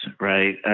right